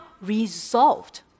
resolved